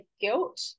guilt